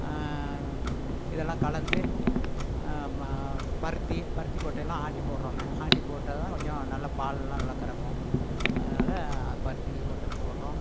இதெல்லாம் கலந்து பருத்தி பருத்தி கொட்டையெலாம் ஆட்டி போடுறோம்ங்க ஆட்டி போட்டால் தான் கொஞ்சம் நல்லா பாலெலாம் நல்லா கறக்கும் அதனால பருத்தி கொட்டை போடுறோம்